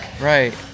Right